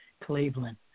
Cleveland